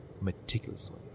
meticulously